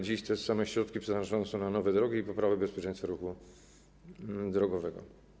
Dziś te środki przeznaczane są na nowe drogi i poprawę bezpieczeństwa ruchu drogowego.